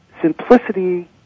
simplicity